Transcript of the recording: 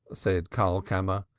said karlkammer.